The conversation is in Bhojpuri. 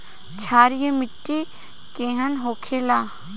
क्षारीय मिट्टी केहन होखेला?